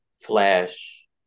Flash